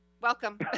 Welcome